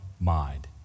mind